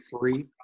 Free